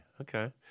Okay